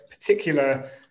particular